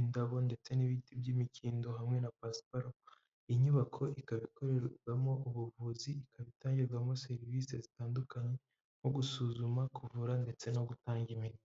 indabo ndetse n'ibiti by'imikindo hamwe na pasiparumu, iyi nyubako ikaba ikorerwamo ubuvuzi ikaba itangirwamo serivisi zitandukanye nko gusuzuma, kuvura, ndetse no gutanga imiti.